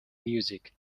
music